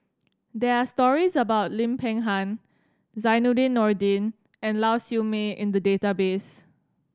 there are stories about Lim Peng Han Zainudin Nordin and Lau Siew Mei in the database